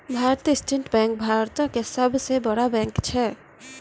भारतीय state bank भारतो के सभ से बड़ा बैंक छै